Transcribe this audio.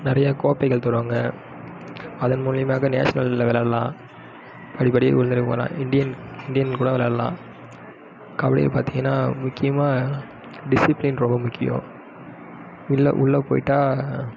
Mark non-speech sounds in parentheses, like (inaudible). நிறைய கோப்பைகள் தருவாங்க அதன் மூலியமா நேஷ்னலில் விளாட்லாம் அடிக்கடி (unintelligible) போறேன் இண்டியன் இண்டியன் கூட விளாட்லாம் கபடியை பார்த்தீங்கனா முக்கியமாக டிசிப்ளின் ரொம்ப முக்கியம் உள்ளே உள்ளே போய்ட்டா